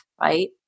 Right